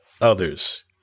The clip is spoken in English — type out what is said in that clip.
others